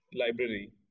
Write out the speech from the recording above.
library